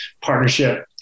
partnership